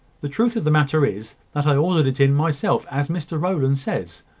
the truth of the matter is, that i ordered it in myself, as mr rowland says.